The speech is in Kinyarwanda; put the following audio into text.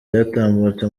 cyatambutse